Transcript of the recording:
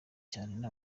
cyane